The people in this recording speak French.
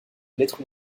lettres